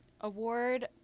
award